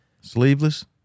Sleeveless